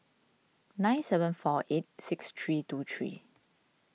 nine seven four eight six three two three